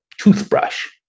toothbrush